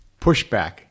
pushback